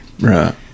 Right